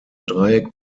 dreieck